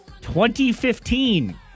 2015